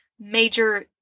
major